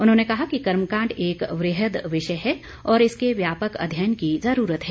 उन्होंने कहा कि कर्मकांड एक वृहद विषय है और इसके व्यापक अध्ययन की ज़रूरत है